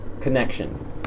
connection